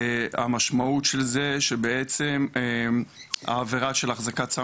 המשמעות של זה שבעצם העבירה של החזקת סם